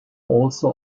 also